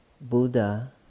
Buddha